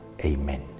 Amen